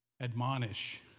Admonish